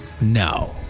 No